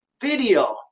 video